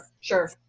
Sure